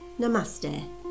Namaste